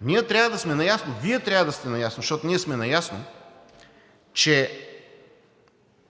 ние трябва да сме наясно, Вие трябва да сте наясно, защото ние сме наясно, че